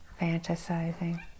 fantasizing